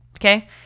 okay